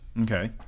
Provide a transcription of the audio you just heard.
Okay